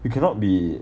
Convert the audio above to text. you cannot be